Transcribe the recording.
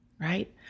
right